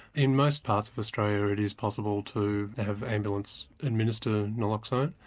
in most parts of australia it is possible to have ambulance administer naloxone,